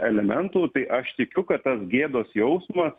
elementų tai aš tikiu kad tas gėdos jausmas